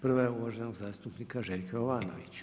Prva je uvaženog zastupnika Željka Jovanovića.